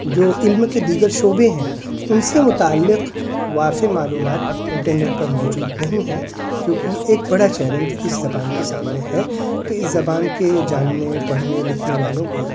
جو علم کے دیگر شعبے ہیں ان سے متعلق وافر معلومات انٹرنیٹ پر موجود نہیں ہیں جو کہ ایک بڑا چیلنج اس زبان کے سامنے ہے تو اس زبان کے جاننے پڑھنے لکھنے والوں کی